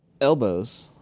elbows